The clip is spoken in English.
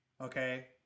Okay